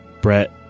Brett